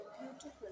beautiful